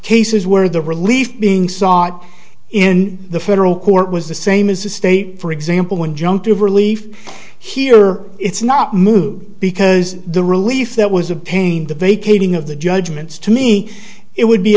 cases where the relief being sought in the federal court was the same as the state for example injunctive relief here it's not moving because the relief that was a pain the vacating of the judgments to me it would be